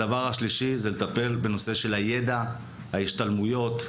והדבר השלישי זה לטפל בנושא של הידע, ההשתלמויות.